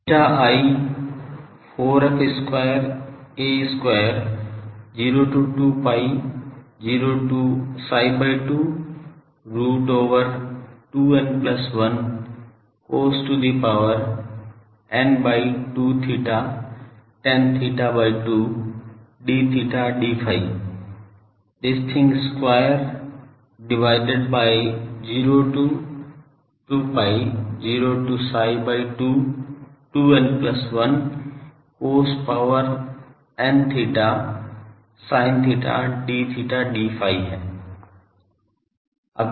ηi 4f square a square 0 to 2 pi 0 to psi by 2 root over 2 n plus 1 cos to the power n by 2 theta tan theta by 2 d theta d phi this thing square divided by 0 to 2 pi 0 to psi by 2 2 n plus 1 cos power n theta sin theta d theta d phi है